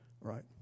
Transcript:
Right